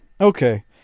Okay